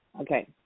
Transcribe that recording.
Okay